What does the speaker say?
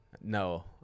No